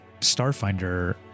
Starfinder